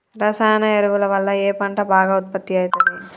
రసాయన ఎరువుల వల్ల ఏ పంట బాగా ఉత్పత్తి అయితది?